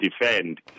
defend